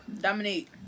Dominique